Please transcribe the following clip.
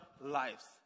lives